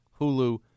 Hulu